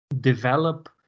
develop